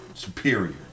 Superior